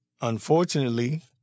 Unfortunately